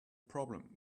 problem